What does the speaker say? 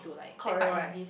choreo right